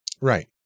Right